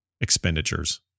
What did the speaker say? expenditures